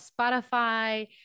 Spotify